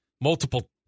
multiple